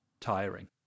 tiring